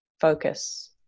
focus